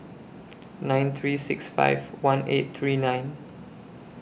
nine three six five one eight three nine